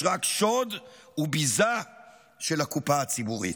יש רק שוד וביזה של הקופה הציבורית.